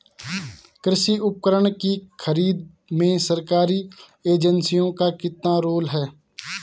कृषि उपकरण की खरीद में सरकारी एजेंसियों का कितना रोल है?